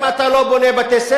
אם אתה לא בונה בתי-ספר,